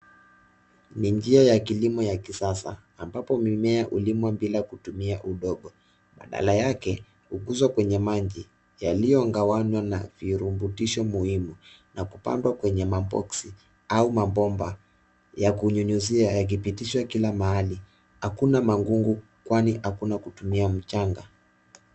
Ni njia ya kilimo ya kisasa ambapo mimea hulimwa bila kutumia udongo, badala yake hukuzwa kwenye maji yaliyogawanywa na virutubisho muhimu na kupandwa kwenye maboksi au mabomba yakunyunyizia yakipitishwa kila mahali. Hakuna magugu kwani hakuna kutumia mchanga.